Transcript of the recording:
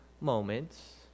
moments